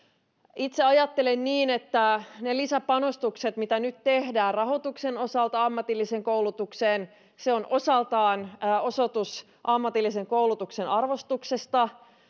itse ajattelen niin että ne lisäpanostukset mitä nyt tehdään rahoituksen osalta ammatilliseen koulutukseen ovat osaltaan osoitus ammatillisen koulutuksen arvostuksesta